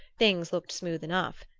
things looked smooth enough.